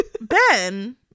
ben